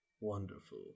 Wonderful